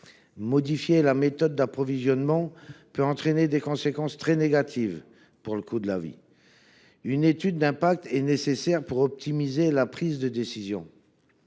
Modifier la méthode d’approvisionnement peut entraîner des conséquences très négatives pour le coût de la vie. Une étude d’impact est donc nécessaire pour optimiser la prise de décision.